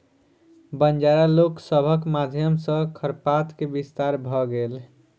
बंजारा लोक सभक माध्यम सॅ खरपात के विस्तार भ गेल